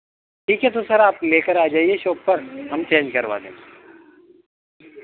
ठीक है तो सर आप लेकर आजाइए शोप पर हम चेंज करवा देंगे